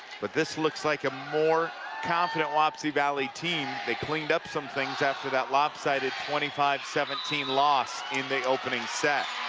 but this looks like a more confident wapsie valley team they cleaned up some things after that lopsided twenty five seventeen loss in the opening set.